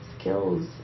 skills